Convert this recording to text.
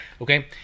Okay